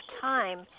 time